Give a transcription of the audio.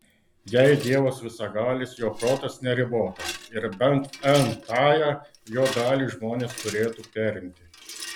jei dievas visagalis jo protas neribotas ir bent n tąją jo dalį žmonės turėtų perimti